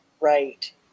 right